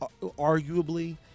arguably